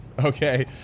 Okay